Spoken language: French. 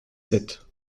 sept